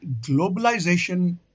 globalization